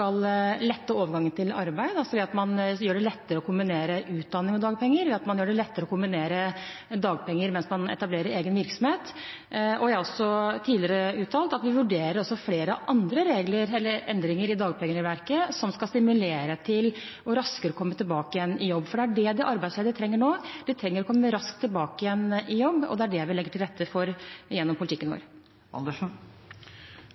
lette overgangen til arbeid, ved at man gjør det lettere å kombinere utdanning og dagpenger, og ved at man gjør det lettere å få dagpenger mens man etablerer egen virksomhet. Jeg har tidligere uttalt at vi vurderer også flere andre regler eller endringer i dagpengeregelverket som skal stimulere til raskere å komme tilbake igjen i jobb. Det er det de arbeidsledige trenger nå, de trenger å komme raskt tilbake igjen i jobb, og det er det vi legger til rette for gjennom politikken